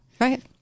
Right